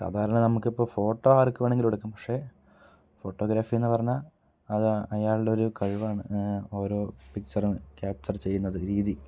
സാധാരണ നമ്മക്കിപ്പോൾ ഫോട്ടോ ആർക്ക് വേണെങ്കിലും എടുക്കാം പക്ഷേ ഫോട്ടോഗ്രാഫീന്ന് പറഞ്ഞാൽ അത് അയാളുടെ ഒരു കഴിവാണ് ഓരോ പിക്ച്ചറും ക്യാപ്ച്ചർ ചെയ്യുന്നത് രീതി